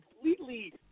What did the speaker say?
completely